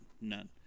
None